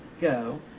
Go